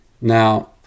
Now